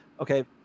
Okay